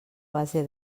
base